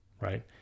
right